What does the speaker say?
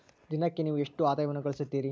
ದಿನಕ್ಕೆ ನೇವು ಎಷ್ಟು ಆದಾಯವನ್ನು ಗಳಿಸುತ್ತೇರಿ?